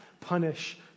punish